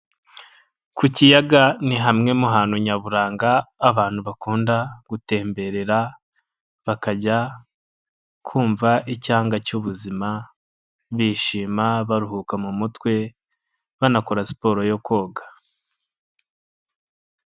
Ku kiyaga ni hamwe mu hantu nyaburanga abantu bakunda gutemberera bakajya kumva icyanga cy'ubuzima, bishima, baruhuka mu mutwe, banakora siporo yo koga.